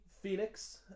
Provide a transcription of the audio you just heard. Phoenix